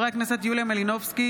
הכנסת יוליה מלינובסקי,